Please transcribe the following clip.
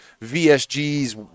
VSG's